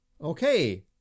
Okay